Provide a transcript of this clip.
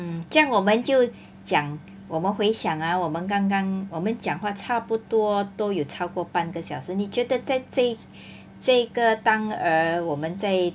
hmm 这样我们就讲我们回想 ah 我们刚刚我们讲话差不多都有超过半个小时你觉得在这个这个当儿我们在